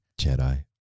Jedi